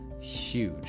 huge